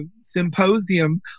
symposium